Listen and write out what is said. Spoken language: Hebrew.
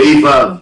ה'-ו'